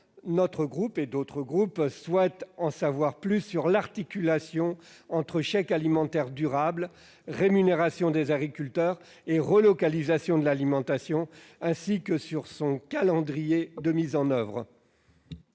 notre groupe et d'autres groupes politiques souhaitent en savoir plus sur l'articulation entre le chèque alimentaire durable, la rémunération des agriculteurs et la relocalisation de l'alimentation, ainsi que sur le calendrier de mise en oeuvre